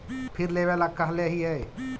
फिर लेवेला कहले हियै?